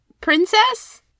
princess